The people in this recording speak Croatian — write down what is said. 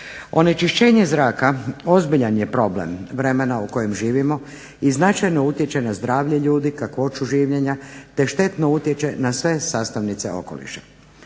Onečišćenje zraka ozbiljan je problem, vremena u kojem živimo i značajno utječe na zdravlje ljudi, kakvoću življenja, te štetno utječe na sve sastavnice okoliša.